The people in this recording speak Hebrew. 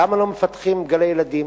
למה לא מפתחים גני ילדים.